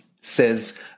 says